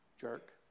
Jerk